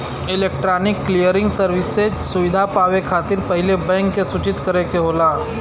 electronic clearing services सुविधा पावे खातिर पहिले बैंक के सूचित करे के होला